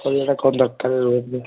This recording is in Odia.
ପରିବାଟା କ'ଣ ଦରକାର ରୁହନ୍ତୁ